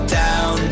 down